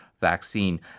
vaccine